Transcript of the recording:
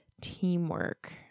teamwork